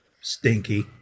Stinky